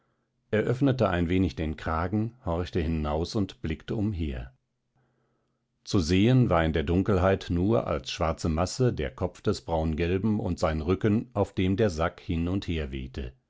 öffnete ein wenig den kragen horchte hinaus und blickte umher zu sehen war in der dunkelheit nur als schwarze masse der kopf des braungelben und sein rücken auf dem der sack hin und her wehte